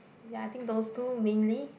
ya think those two mainly